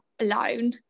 alone